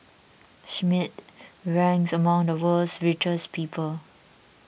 Schmidt ranks among the world's richest people